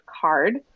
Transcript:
card